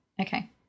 okay